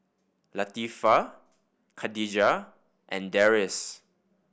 Latifa Khadija and Deris